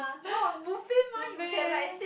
!huh! no what buffet mah you can like sit